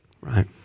Right